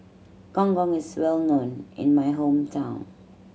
Gong Gong is well known in my hometown